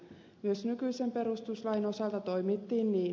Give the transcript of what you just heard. myös nykyisen perustuslain osalta toimittiin niin